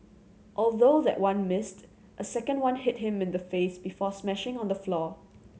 although that one missed a second one hit him in the face before smashing on the floor